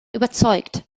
überzeugt